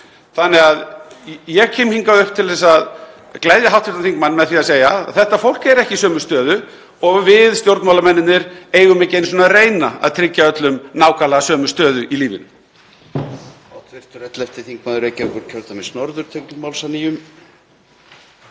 stjórnvalda. Ég kem hingað upp til að gleðja hv. þingmann með því að segja að þetta fólk er ekki í sömu stöðu og við stjórnmálamennirnir eigum ekki einu sinni að reyna að tryggja öllum nákvæmlega sömu stöðu í lífinu.